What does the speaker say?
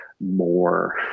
more